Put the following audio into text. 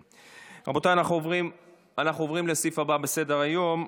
רבותיי, אנחנו עוברים לסעיף הבא בסדר היום,